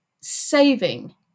saving